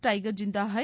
டைகள் ஜிந்தா ஹை